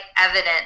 evidence